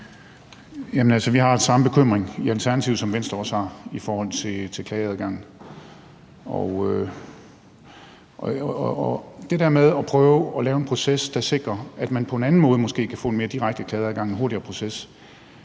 Vi har den samme bekymring i Alternativet, som Venstre har, i forhold til klageadgang. Og i forhold til det der med at prøve at lave en proces, der sikrer, at man på en anden måde måske kan få en mere direkte klageadgang og en hurtigere proces,